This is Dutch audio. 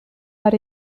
maar